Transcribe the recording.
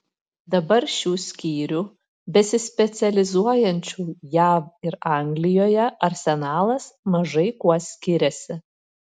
dabar šių skyrių besispecializuojančių jav ir anglijoje arsenalas mažai kuo skiriasi